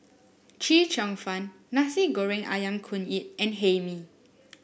Chee Cheong Fun Nasi Goreng ayam Kunyit and Hae Mee